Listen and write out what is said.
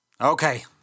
Okay